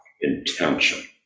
intention